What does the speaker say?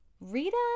Rita